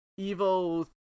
Evo